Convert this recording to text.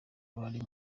uruhare